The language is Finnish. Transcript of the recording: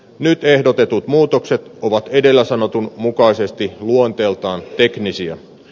nyt ehdotetut muutokset ovat edellä sanotun mukaisesti luonteeltaan teknisiä